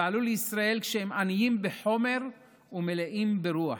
ועלו לישראל כשהם עניים בחומר ומלאים ברוח.